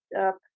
up